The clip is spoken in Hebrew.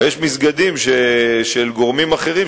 אבל יש מסגדים של גורמים אחרים,